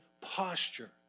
posture